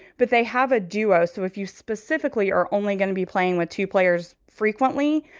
but they have a duo. so if you specifically are only going to be playing with two players frequently,